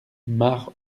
marcq